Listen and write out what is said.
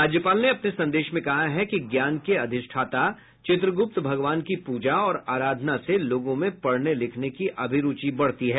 राज्यपाल ने अपने संदेश में कहा है कि ज्ञान के अधिष्ठाता चित्रगुप्त भगवान की पूजा और आराधना से लोगों में पढ़ने लिखने की अभिरूचि बढ़ती है